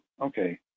Okay